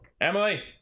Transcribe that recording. Emily